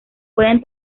pueden